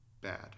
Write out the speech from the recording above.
bad